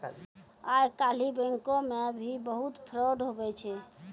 आइ काल्हि बैंको मे भी बहुत फरौड हुवै छै